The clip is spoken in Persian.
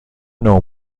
نوع